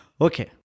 okay